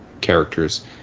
characters